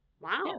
Wow